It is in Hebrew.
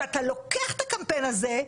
שאתה לוקח את הקמפיין הזה,